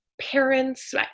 parents